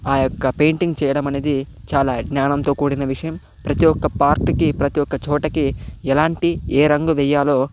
ఆ యొక్క పెయింటింగ్ చేయడం అనేది చాలా జ్ఞానంతో కూడిన విషయం ప్రతి ఒక్క పార్ట్ కి ప్రతి ఒక్క చోటకి ఎలాంటి ఏ రంగు వేయాలో